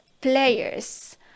players